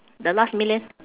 the last million